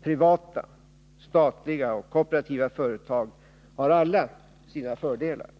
Privata, statliga och kooperativa företag har alla sina fördelar.